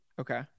Okay